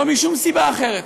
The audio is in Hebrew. לא משום סיבה אחרת,